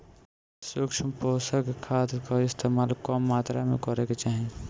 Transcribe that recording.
सूक्ष्म पोषक खाद कअ इस्तेमाल कम मात्रा में करे के चाही